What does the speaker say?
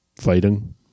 fighting